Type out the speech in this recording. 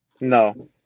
no